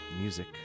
Music